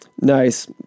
Nice